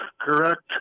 correct